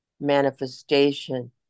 manifestation